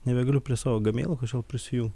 nebegaliu prie savo gmeilo kažkodėl prisijungt